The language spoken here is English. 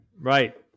Right